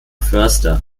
förster